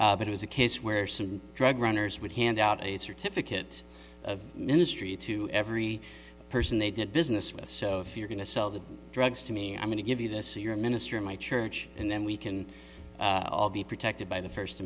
but it is a case where some drug runners would hand out a certificate of ministry to every person they did business with so if you're going to sell the drugs to me i'm going to give you this you're a minister in my church and then we can all be protected by the first